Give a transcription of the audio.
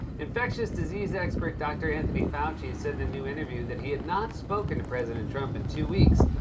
infectious disease expert dr. anthony fauci said, in a new interview, that he had not spoken to president trump in two weeks.